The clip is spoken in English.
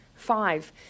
Five